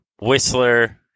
whistler